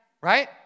Right